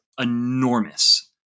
enormous